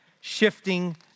shifting